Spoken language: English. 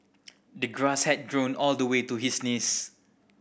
the grass had grown all the way to his knees